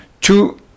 two